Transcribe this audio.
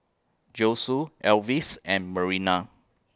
Josue Alvis and Marina